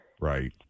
Right